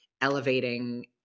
elevating